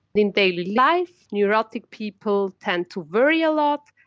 in daily life, neurotic people tend to worry a lot,